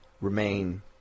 remain